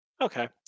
Okay